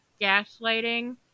gaslighting